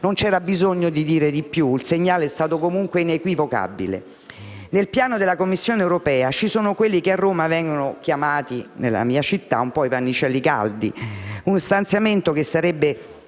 Non c'era bisogno di dire di più: il segnale è stato comunque inequivocabile. Nel piano della Commissione europea ci sono quelli che a Roma, la mia città, vengono chiamati "pannicelli caldi": uno stanziamento che sarebbe